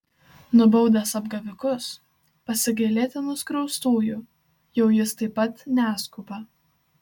nubaudęs apgavikus pasigailėti nuskriaustųjų jau jis taip pat neskuba